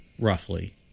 roughly